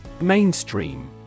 Mainstream